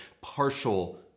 partial